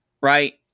right